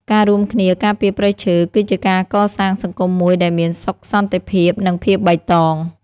ការរួមគ្នាការពារព្រៃឈើគឺជាការកសាងសង្គមមួយដែលមានសុខសន្តិភាពនិងភាពបៃតង។ការរួមគ្នាការពារព្រៃឈើគឺជាការកសាងសង្គមមួយដែលមានសុខសន្តិភាពនិងភាពបៃតង។